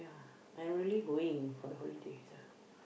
I'm really going for the holidays ah